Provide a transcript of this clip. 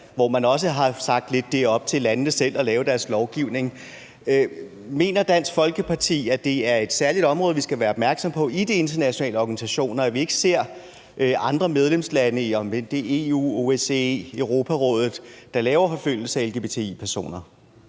hvor man også lidt har sagt, at det er op til landene selv at lave deres lovgivning. Mener Dansk Folkeparti, at det er et særligt område, vi skal være opmærksom på i de internationale organisationer, så vi ikke ser andre medlemslande, hvad end det er i EU, OSCE eller Europarådet, der laver forfølgelse af lgbti-personer?